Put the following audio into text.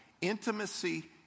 intimacy